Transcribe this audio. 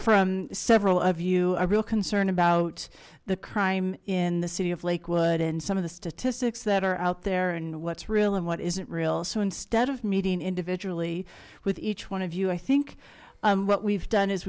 from several of you are real concerned about the crime in the city of lakewood and some of the statistics that are out there and what's real and what isn't real so instead of meeting individually with each one of you i think what we've done is